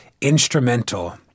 instrumental